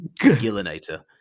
Gillinator